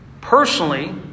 personally